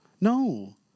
No